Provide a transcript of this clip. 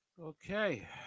Okay